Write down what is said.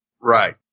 Right